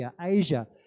Asia